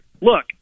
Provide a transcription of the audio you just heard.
Look